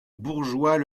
bourgeois